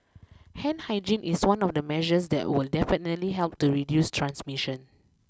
hand hygiene is one of the measures that will definitely help to reduce transmission